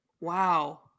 Wow